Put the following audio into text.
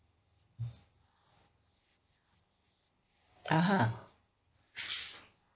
(uh huh)